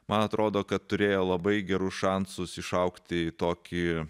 man atrodo kad turėjo labai gerus šansus išaugti į tokį